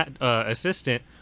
assistant